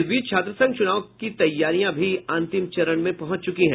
इस बीच छात्रसंघ चुनाव की तैयारियां भी अंतिम चरण में पहुंच चुकी है